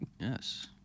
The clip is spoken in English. Yes